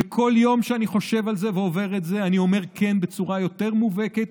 וכל יום שאני חושב על זה ועובר את זה אני אומר כן בצורה יותר מובהקת,